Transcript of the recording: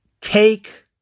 Take